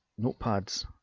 notepads